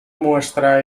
muestra